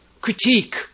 Critique